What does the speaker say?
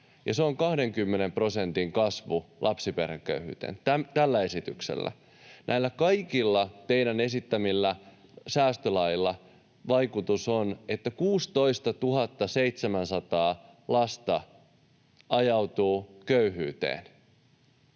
se on 20 prosentin kasvu lapsiperheköyhyyteen tällä esityksellä. Näillä kaikilla teidän esittämillänne säästölaeilla vaikutus on, että 16 700 lasta ajautuu köyhyyteen.